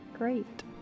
Great